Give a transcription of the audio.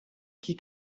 qui